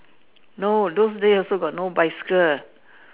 no those day also got no bicycle